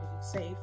safe